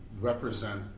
represent